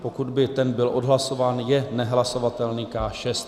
Pokud by ten byl odhlasován, je nehlasovatelný K6.